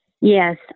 Yes